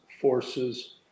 forces